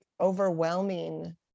overwhelming